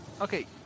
Okay